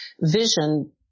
vision